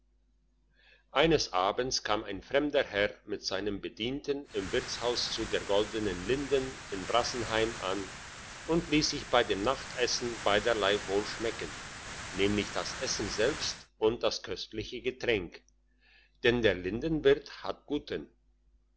eines abends kam ein fremder herr mit seinem bedienten im wirtshaus zu der goldenen linden in brassenheim an und liess sich bei dem nachtessen beiderlei wohl schmecken nämlich das essen selbst und das köstliche getränk denn der lindenwirt hat guten